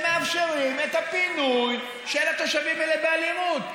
שמאפשרים את הפינוי של התושבים על ידי אלימות.